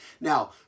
Now